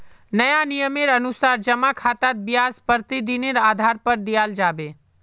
नया नियमेर अनुसार जमा खातात ब्याज प्रतिदिनेर आधार पर दियाल जाबे